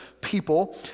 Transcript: people